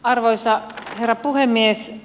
arvoisa herra puhemies